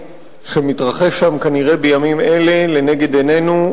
שמתרחש שם כנראה בימים אלה לנגד עינינו,